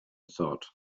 thought